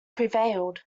prevailed